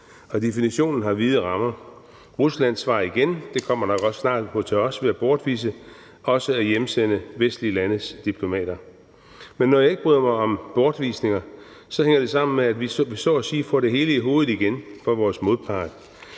og definitionen har vide rammer. Rusland svarer igen – det kommer nok også snart til os – ved at bortvise og også at hjemsende vestlige landes diplomater. Men når jeg ikke bryder mig om bortvisningerne, hænger det sammen med, at vi så at sige får det hele i hovedet igen fra vores modpart,